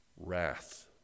wrath